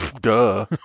Duh